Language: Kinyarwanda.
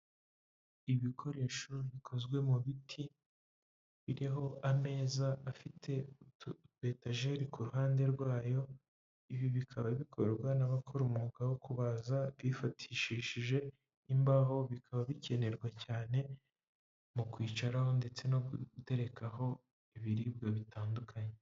Ibikoresho bikozwe mu biti, biriho ameza afite utu etajeri ku ruhande rwayo, ibi bikaba bikorwa n'abakora umwuga wo kubaza bifatishishije imbaho, bikaba bikenerwa cyane mu kwicaraho ndetse no guterekaho ibiribwa bitandukanye.